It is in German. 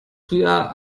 früher